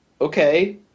okay